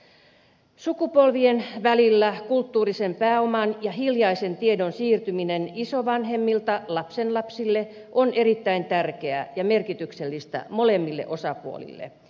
sukupolvien välillä kulttuurisen pääoman ja hiljaisen tiedon siirtyminen isovanhemmilta lapsenlapsille on erittäin tärkeää ja merkityksellistä molemmille osapuolille